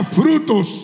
frutos